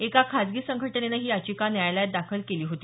एका खाजगी संघटनेनं ही याचिका न्यायालयात दाखल केली होती